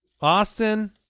Austin